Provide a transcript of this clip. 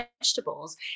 vegetables